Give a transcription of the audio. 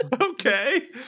Okay